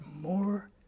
more